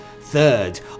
Third